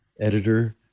editor